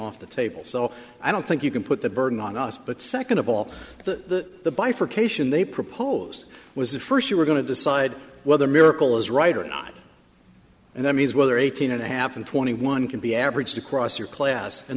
off the table so i don't think you can put the burden on us but second of all the bifurcation they proposed was the first you were going to decide whether miracle is right or not and that means whether eighteen and a half and twenty one can be averaged across your class and